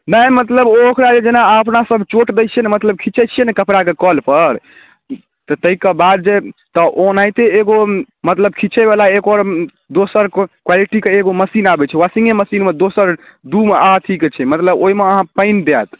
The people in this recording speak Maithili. नहि मतलब ओ ओकरा जेना अपना सब चोट दै छियै ने खीचै छियै ने कपड़ा के कल पर तऽ ताहिके बाद जे तऽ ओनहेते एगो मतलब खीचै बला एक आओर दोसर क्वालिटीके एगो मशीन आबै छै वॉशिंगे मशीनमे दोसर दू अथी के छै मतलब ओहिमे अहाँके पनि दैत